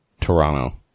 Toronto